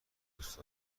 دوست